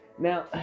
Now